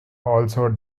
also